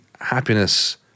happiness